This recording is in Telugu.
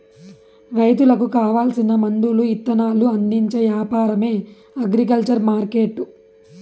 రైతులకు కావాల్సిన మందులు ఇత్తనాలు అందించే యాపారమే అగ్రికల్చర్ మార్కెట్టు